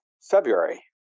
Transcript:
February